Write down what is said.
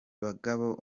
bagabo